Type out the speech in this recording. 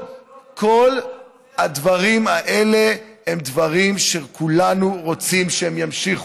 כל הדברים האלה הם דברים שכולנו רוצים שהם ימשיכו.